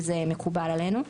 וזה מקובל עלינו.